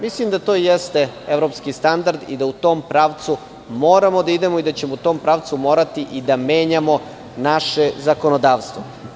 Mislim da to jeste evropski standard i da u tom pravcu moramo da idemo i da ćemo u tom pravcu morati i da menjamo naše zakonodavstvo.